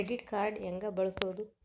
Credit card ಹೆಂಗ ಬಳಸೋದು?